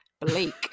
Bleak